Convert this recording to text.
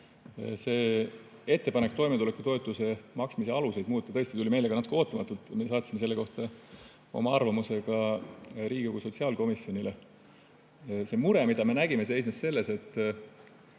eest! Ettepanek toimetulekutoetuse maksmise aluseid muuta tuli tõesti meile natuke ootamatult. Me saatsime selle kohta oma arvamuse ka Riigikogu sotsiaalkomisjonile. Mure, mida me nägime, seisnes selles, et